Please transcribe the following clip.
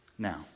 Now